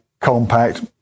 compact